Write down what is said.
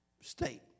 state